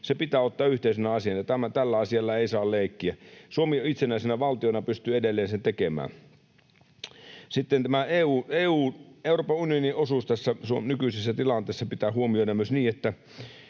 se pitää ottaa yhteisenä asiana, ja tällä asialla ei saa leikkiä. Suomi itsenäisenä valtiona pystyy edelleen sen tekemään. Sitten tämä Euroopan unionin osuus tässä Suomen nykyisessä tilanteessa pitää huomioida myös niin, että